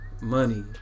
money